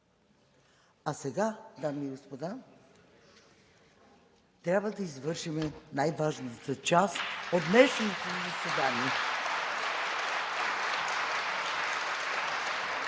А сега, дами и господа, трябва да извършим най-важната част от днешното заседание.